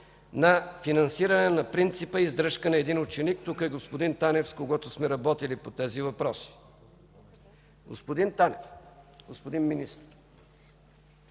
на финансиране на принципа „издръжка на един ученик”. Тук е господин Танев, с когото сме работили по тези въпроси. Господин Танев, господин Министър!